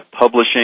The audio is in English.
publishing